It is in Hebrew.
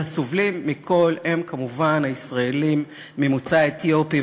והסובלים מכול הם כמובן הישראלים ממוצא אתיופי.